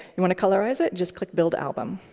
you want to colorize it? just click build album.